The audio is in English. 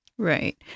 Right